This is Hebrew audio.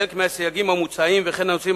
חלק מהסייגים המוצעים וכן הנושאים